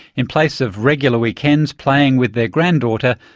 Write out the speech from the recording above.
in place of regular weekends playing with their granddaughter,